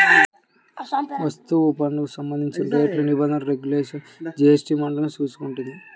వస్తుసేవల పన్నుకు సంబంధించిన రేట్లు, నిబంధనలు, రెగ్యులేషన్లను జీఎస్టీ మండలి చూసుకుంటుంది